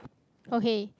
okay